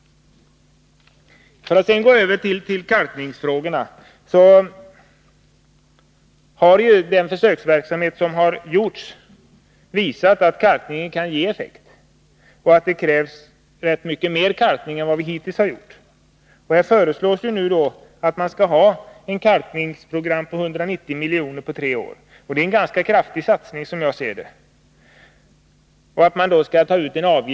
För att sedan gå över till kalkningsfrågorna vill jag nämna att den försöksverksamhet som har bedrivits med kalkning av sjöar och vattendrag har visat att kalkningen kan ge effekt och att det krävs mycket mer kalkning än vi hittills har gjort. Det föreslås att sammanlagt 190 milj.kr. skall anvisas för de närmaste tre budgetåren för ett kalkningsprogram, och det är en ganska kraftig satsning — som jag ser det.